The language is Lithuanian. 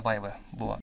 vaiva buvo